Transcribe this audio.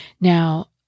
Now